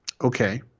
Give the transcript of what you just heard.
Okay